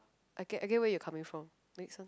I get I get where you coming from